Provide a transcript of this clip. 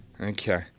Okay